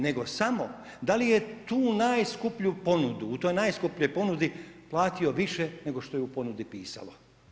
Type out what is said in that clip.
Nego, samo, da li je tu najskuplju ponudu, u toj najskupljoj ponudi, platio više nego što je u ponudi pisalo.